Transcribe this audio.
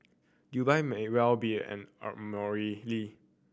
Dubai may well be an